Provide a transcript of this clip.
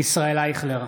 ישראל אייכלר,